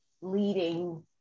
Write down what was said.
leading